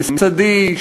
ממסדי,